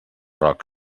roc